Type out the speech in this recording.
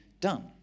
done